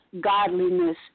godliness